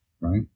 right